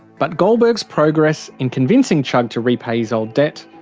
but goldberg's progress, in convincing chugg to repay his old debt,